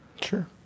sure